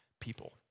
people